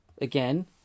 again